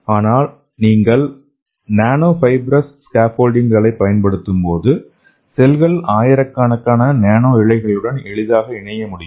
ஆனால் நீங்கள் nano fibrous ஸ்கேஃபோல்டிங்களைப் பயன்படுத்தும்போது செல்கள் ஆயிரக்கணக்கான நானோ இழைகளுடன் எளிதாக இணைய முடியும்